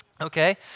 Okay